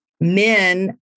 men